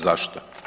Zašto?